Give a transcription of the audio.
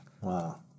Wow